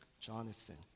Jonathan